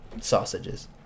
sausages